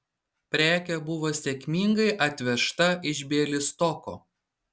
prekė buvo sėkmingai atvežta iš bialystoko